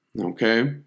Okay